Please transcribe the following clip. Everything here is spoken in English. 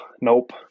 Nope